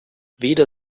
weder